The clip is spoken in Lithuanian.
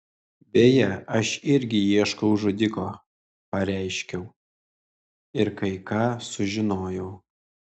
beje aš irgi ieškau žudiko pareiškiau ir kai ką sužinojau